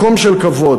מקום של כבוד.